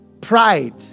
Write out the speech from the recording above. Pride